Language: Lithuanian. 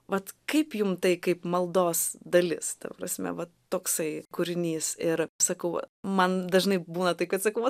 vat kaip jum tai kaip maldos dalis ta prasme va toksai kūrinys ir sakau man dažnai būna tai kad sakau